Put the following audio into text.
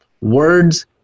words